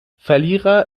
verlierer